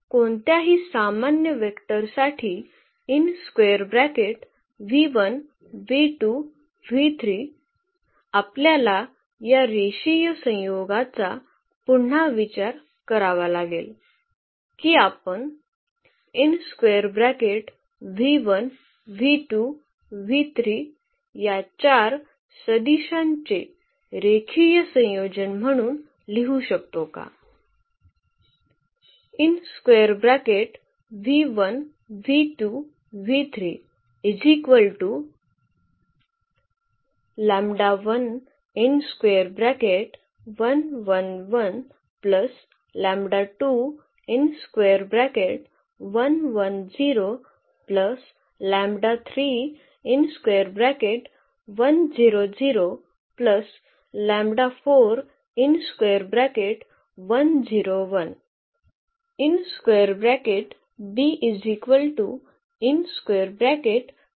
तर कोणत्याही सामान्य वेक्टरसाठी आपल्याला या रेषीय संयोगाचा पुन्हा विचार करावा लागेल की आपण या चार सदिशांचे रेखीय संयोजन म्हणून लिहू शकतो का